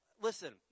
Listen